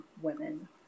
women